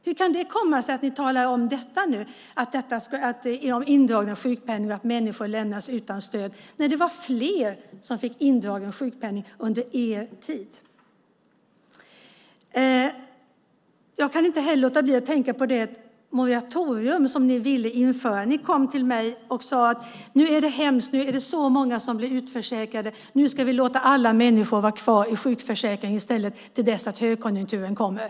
Hur kan det komma sig att ni nu talar om indragning av sjukpenning och att människor lämnas utan stöd när det var fler som fick sjukpenningen indragen under er tid? Jag kan inte heller låta bli att tänka på det moratorium som ni ville införa. Ni kom till mig och sade att det var så hemskt, att så många blev utförsäkrade och att alla människor i stället skulle vara kvar i sjukförsäkringen tills högkonjunkturen kommer.